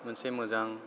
मोनसे मोजां